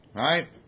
right